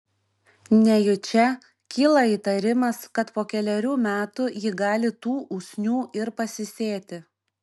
nejučia kyla įtarimas kad po kelerių metų ji gali tų usnių ir pasisėti